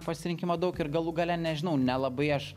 pasirinkimo daug ir galų gale nežinau nelabai aš